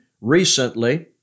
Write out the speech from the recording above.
recently